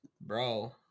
Bro